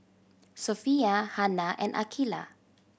Sofea Hana and Aqilah